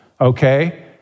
okay